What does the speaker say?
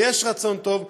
ויש רצון טוב,